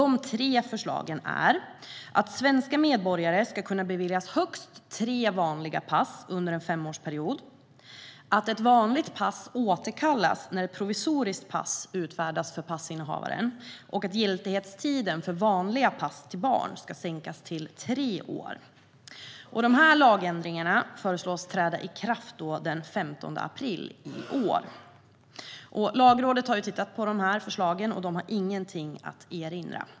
De tre förslagen är att svenska medborgare ska kunna beviljas högst tre vanliga pass under en femårsperiod att ett vanligt pass ska återkallas när ett provisoriskt pass utfärdas för passinnehavaren att giltighetstiden för vanliga pass till barn ska sänkas till tre år. Lagändringarna föreslås träda i kraft den 15 april i år. Lagrådet har tittat på förslagen, och man har ingenting att erinra.